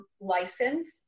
license